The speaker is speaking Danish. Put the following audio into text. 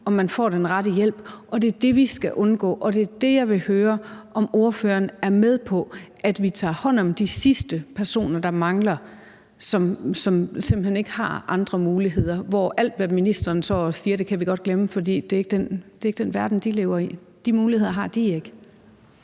at man får den rette hjælp. Det er det, vi skal undgå, og det er det, jeg vil høre om ordføreren er med på, altså at vi tager hånd om de sidste personer, som mangler, og som simpelt hen ikke har andre muligheder. I forhold til det kan vi godt glemme alt, hvad ministeren står og siger, for det er ikke den verden, de lever i. De muligheder har de ikke.